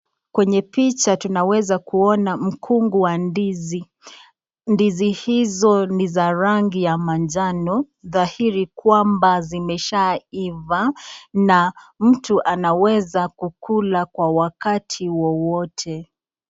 Kwenye picha tunaweza kuona mkungu wa ndizi. Ndizi hizo ni za rangi ya manjano, dhahiri kwamba zimesha iva, na mtu anaweza kukula kwa wakati wowote.